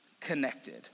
Connected